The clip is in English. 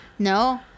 no